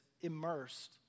immersed